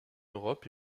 europe